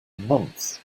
months